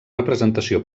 representació